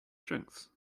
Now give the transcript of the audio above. strengths